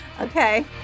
Okay